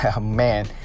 man